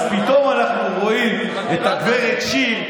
אז פתאום אנחנו רואים את גב' שיר,